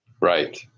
Right